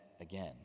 again